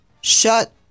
Shut